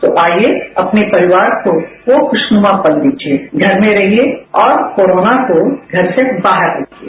तो आईये अपने परिवार को ये खुशनुमा पल दीजिए घर में रहिये और कोरोना को घर से बाहर रखिये